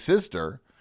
sister